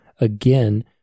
again